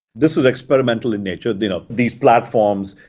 this is experimental in nature. you know these platforms,